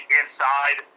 inside